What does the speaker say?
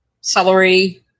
celery